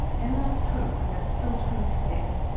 and that's true and that's still true today.